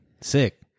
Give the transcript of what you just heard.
sick